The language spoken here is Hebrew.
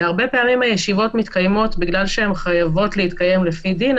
והרבה פעמים הישיבות מתקיימות בגלל שהן חייבות להתקיים לפי דין,